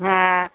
हा